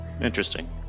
Interesting